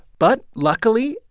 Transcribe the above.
but, luckily,